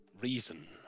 reason